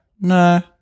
No